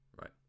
right